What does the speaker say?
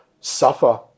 suffer